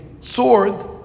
sword